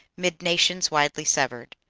mid nations widely severed.